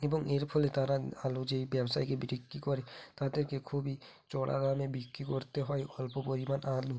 এবং এর ফলে তারা আলু যেই ব্যবসায়ীকে বিক্রি করে তাদেরকে খুবই চড়া দামে বিক্রি করতে হয় অল্প পরিমাণ আলু